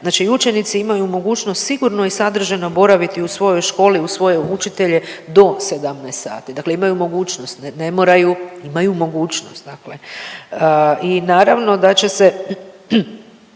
znači i učenici imaju mogućnost sigurno i sadržajno boraviti u svojoj školi uz svoje učitelje do 17 sati. Dakle imaju mogućnost, ne moraju, imaju mogućnost dakle. I naravno da će se